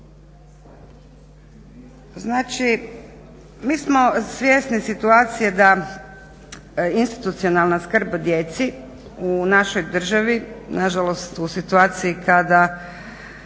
Znači mi smo svjesni situacije da institucionalna skrb o djeci u našoj državi nažalost u situaciji kada